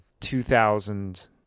2000